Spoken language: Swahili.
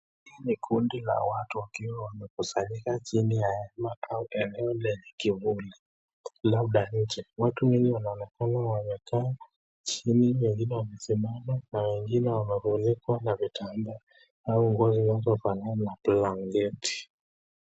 Hii ni kundi la watu wakiwa wamekusanyika chini makao yalio na kivuli, labda watu wanaonekana wamekaa chini na wengine wamesimama,